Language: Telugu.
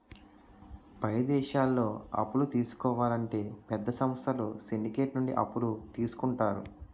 పై దేశాల్లో అప్పులు తీసుకోవాలంటే పెద్ద సంస్థలు సిండికేట్ నుండి అప్పులు తీసుకుంటారు